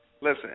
Listen